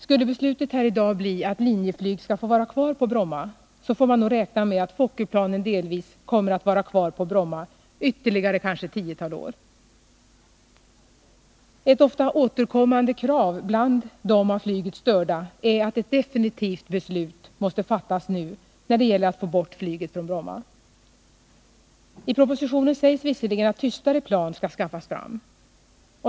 Skulle beslutet här i dag innebära att Linjeflyg får vara kvar på Bromma, får man nog räkna med att Fokkerplanen delvis kommer att finnas kvar ytterligare ett tiotal år. Ett ofta återkommande krav bland de av flyget störda är att ett definitivt beslut måste fattas nu när det gäller att få bort flyget från Bromma. I propositionen sägs visserligen att tystare plan skall skaffas fram.